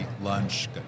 lunch